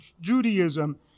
Judaism